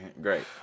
Great